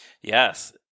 Yes